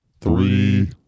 three